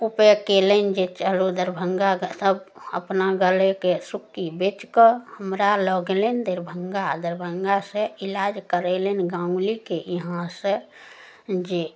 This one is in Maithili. उपाय कएलनि जे चलू दरभङ्गा सभ अपना गलेके सुक्की बेचिकऽ हमरा लऽ गेलनि दरभङ्गा दरभङ्गासे इलाज करेलनि गाङ्गुलीके इहाँ से जे